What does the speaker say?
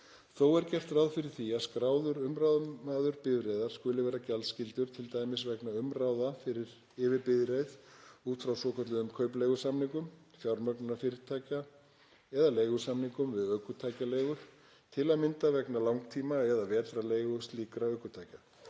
Þó er gert ráð fyrir því að skráður umráðamaður bifreiðar skuli vera gjaldskyldur, t.d. vegna umráða yfir bifreið út frá svokölluðum kaupleigusamningum fjármögnunarfyrirtækja eða leigusamningum við ökutækjaleigur, til að mynda vegna langtíma- eða vetrarleigu slíkra ökutækja.